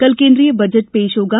कल केन्द्रीय बजट पेश होगा